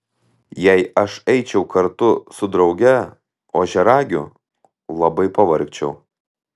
jei aš eičiau kartu su drauge ožiaragiu labai pavargčiau